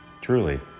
Truly